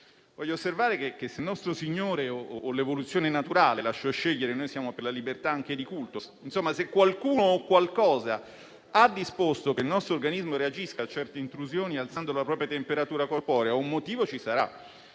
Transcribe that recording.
Voglio osservare che se nostro Signore, o l'evoluzione naturale - lascio scegliere, perché siamo per la libertà anche di culto - insomma, se qualcuno o qualcosa, ha disposto che il nostro organismo reagisca a certe intrusioni alzando la propria temperatura corporea, un motivo ci sarà